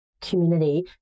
community